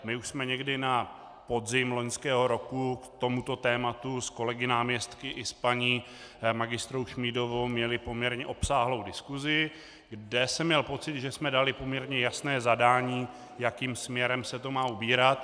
My už jsme někdy na podzim loňského roku k tomuto tématu s kolegy náměstky i s paní magistrou Šmídovou měli poměrně obsáhlou diskusi, kde jsem měl pocit, že jsme dali poměrně jasné zadání, jakým směrem se to má ubírat.